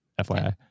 FYI